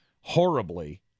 horribly